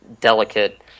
delicate